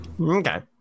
Okay